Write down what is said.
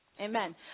Amen